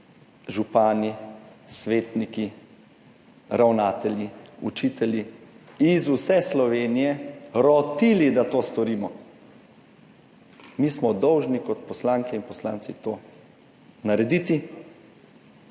župani, svetniki, ravnatelji, učitelji iz vse Slovenije rotili, da to storimo. Mi smo dolžni kot poslanke in poslanci to narediti.